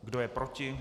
Kdo je proti?